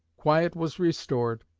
quiet was restored,